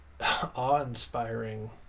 awe-inspiring